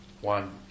one